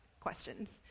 questions